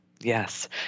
Yes